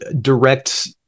direct